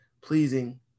pleasing